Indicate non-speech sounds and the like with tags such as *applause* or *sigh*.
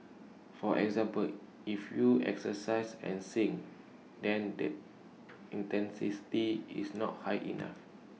for example if you exercise and sing then the *unintelligible* is not high enough